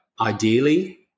ideally